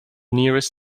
nearest